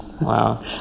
wow